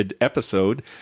episode